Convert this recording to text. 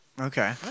Okay